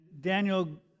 daniel